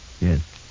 Yes